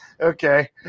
okay